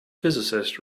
physicist